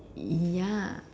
ya